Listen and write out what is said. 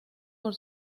por